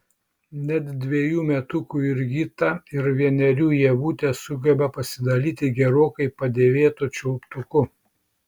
net dvejų metukų jurgita ir vienerių ievutė sugeba pasidalyti gerokai padėvėtu čiulptuku